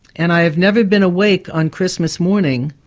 and i have never been awake on christmas morning,